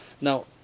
Now